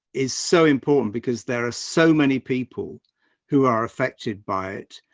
is so important because there are so many people who are affected by it,